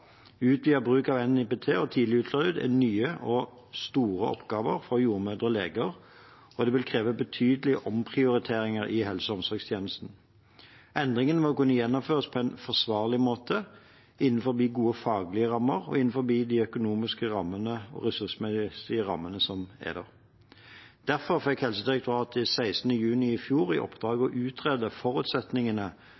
bruk av NIPT og tidlig ultralyd er nye og store oppgaver for jordmødre og leger, og det vil kreve betydelige omprioriteringer i helse- og omsorgstjenesten. Endringen må kunne gjennomføres på en forsvarlig måte, innenfor gode faglige rammer og innenfor de økonomiske og ressursmessige rammene som er der. Derfor fikk Helsedirektoratet 16. juni i fjor i oppdrag